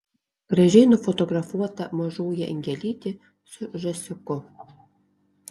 gražiai nufotografuota mažoji angelytė su žąsiuku